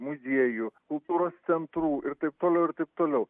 muziejų kultūros centrų ir taip toliau ir taip toliau